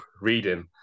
reading